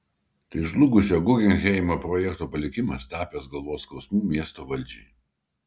tai žlugusio guggenheimo projekto palikimas tapęs galvos skausmu miesto valdžiai